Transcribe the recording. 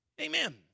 amen